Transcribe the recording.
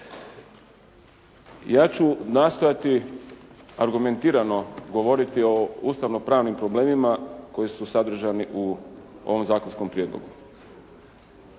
Ja ću nastojati argumentirano govoriti o ustavno pravnim problemima koji su sadržani u ovom zakonskom prijedlogu.